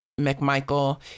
McMichael